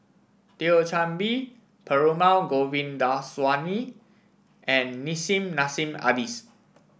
Thio Chan Bee Perumal Govindaswamy and Nissim Nassim Adis